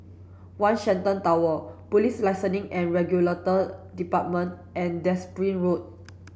One Shenton Tower Police Licensing and Regulatory Department and Derbyshire Road